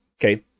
Okay